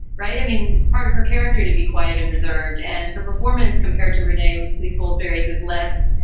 right. i mean, it's part of her character to be quiet and reserved. and her performance compared to rene was leaseholds. varies is less.